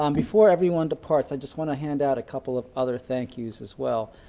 um before everyone departs, i just want to hand out a couple of other thank yous as well.